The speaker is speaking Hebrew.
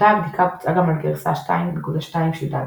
אותה הבדיקה בוצעה גם על גרסה 2.2 של דביאן.